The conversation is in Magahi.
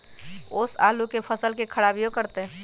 ओस आलू के फसल के खराबियों करतै?